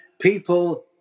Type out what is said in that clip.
people